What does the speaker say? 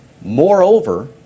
Moreover